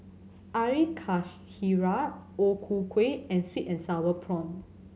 Air Karthira O Ku Kueh and Sweet and Sour Prawns